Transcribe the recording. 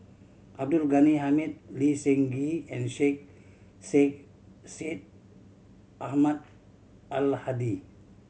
Abdul Ghani Hamid Lee Seng Gee and Sheikh Syed Syed Ahmad Al Hadi